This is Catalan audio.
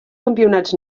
campionats